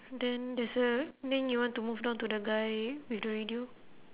then there's a then you want to move down to the guy with the radio